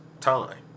time